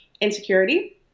insecurity